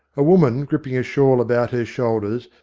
a woman, gripping a shawl about her shoulders,